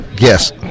yes